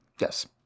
Yes